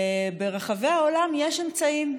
ברחבי העולם יש אמצעים.